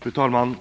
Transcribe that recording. Fru talman!